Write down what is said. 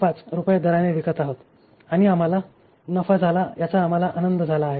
5 रुपये दराने विकत आहोत आणि आम्हला नफा झाला याचा आम्हाला आनंद झाला आहे